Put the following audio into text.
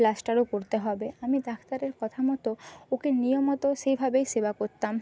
প্লাস্টারও করতে হবে আমি ডাক্তারের কথা মতো ওকে নিয়ম মতো সেইভাবেই সেবা করতাম